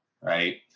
right